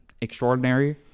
extraordinary